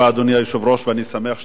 ואני שמח שאתה נמצא כאן